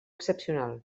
excepcional